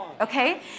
okay